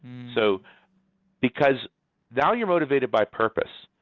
so because now you're motivated by purpose.